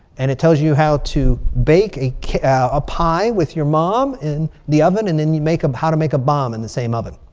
and it tells you how to bake a a pie with your mom in the oven. and then you make them how to make a bomb in the same oven.